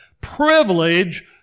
privilege